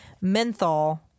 menthol